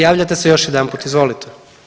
Javljate se još jedanput, izvolite.